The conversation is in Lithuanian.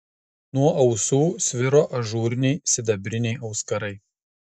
nuo ausų sviro ažūriniai sidabriniai auskarai